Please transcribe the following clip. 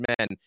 men